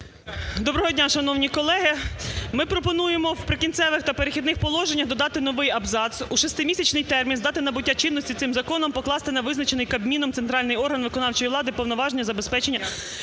Доброго дня, шановні колеги! Ми пропонуємо в "Прикінцевих та перехідних положеннях" додати новий абзац: "у шестимісячний термін з дати набуття чинності цим законом покласти на визначений Кабміном центральний орган виконавчої влади повноваження з забезпечення